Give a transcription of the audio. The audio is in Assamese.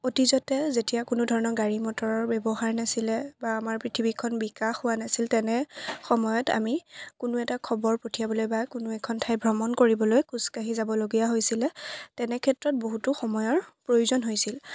অতীজতে যেতিয়া কোনো ধৰণৰ গাড়ী মটৰৰ ব্যৱহাৰ নাছিলে বা আমাৰ পৃথিৱীখন বিকাশ হোৱা নাছিল তেনে সময়ত আমি কোনো এটা খবৰ পঠিয়াবলৈ বা কোনো এখন ঠাই ভ্ৰমণ কৰিবলৈ খোজকাঢ়ি যাবলগীয়া হৈছিলে তেনে ক্ষেত্ৰত বহুতো সময়ৰ প্ৰয়োজন হৈছিল